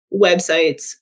websites